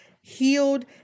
healed